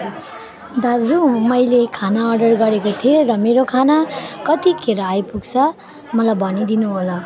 दाजु मैले खाना अर्डर गरेको थिएँ र मेरो खाना कतिखेर आइपुग्छ मलाई भनिदिनुहोला